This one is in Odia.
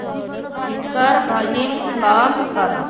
ସ୍ପିକର ଭଲ୍ୟୁମ୍ କମ୍ କର